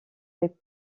des